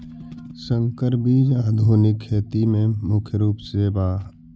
संकर बीज आधुनिक खेती में मुख्य रूप से बा